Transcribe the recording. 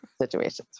situations